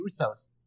Usos